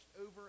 over